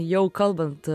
jau kalbant